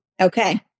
Okay